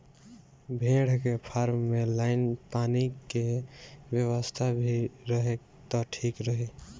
भेड़ के फार्म में लाइन पानी के व्यवस्था भी रहे त ठीक रही